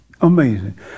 amazing